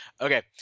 Okay